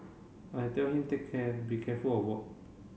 I tell him take care and be careful of work